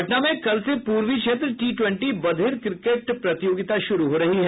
पटना में कल से पूर्वी क्षेत्र टी ट्वेंटी बधिर क्रिकेट प्रतियोगिता शुरू हो रही है